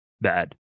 Bad